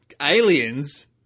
aliens